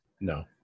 No